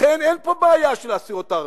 לכן, אין פה בעיה של הסיעות הערביות.